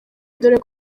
dore